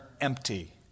empty